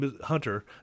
Hunter